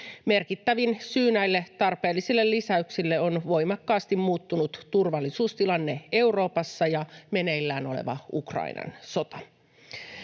Merkittävin syy näihin tarpeellisiin lisäyksiin on voimakkaasti muuttunut turvallisuustilanne Euroopassa ja meneillään oleva Ukrainan sota.